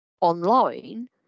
online